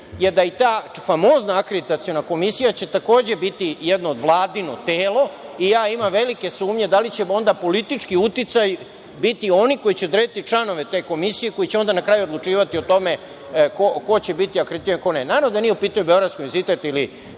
je da će i ta famozna akreditaciona komisija takođe biti jedno Vladino telo, i ja onda imam velike sumnje da li će onda politički uticaj biti oni koji će odrediti članove te komisije, koji će onda na kraju odlučivati o tome ko će biti akreditovan, a ko ne. Naravno da nije u pitanju beogradski univerzitet ili